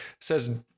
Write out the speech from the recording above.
says